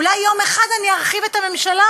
אולי יום אחד אני ארחיב את הממשלה,